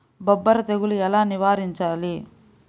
బొబ్బర తెగులు ఎలా నివారించాలి?